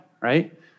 right